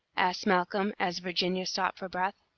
asked malcolm, as virginia stopped for breath.